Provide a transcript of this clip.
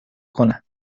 کنم